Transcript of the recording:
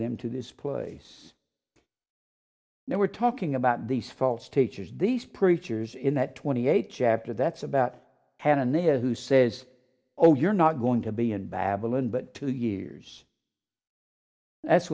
them to this place they were talking about these false teachers these preachers in that twenty eight chapter that's about hannah near who says oh you're not going to be in babylon but two years that's